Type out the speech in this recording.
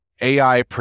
AI